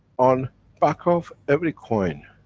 on back of every coin,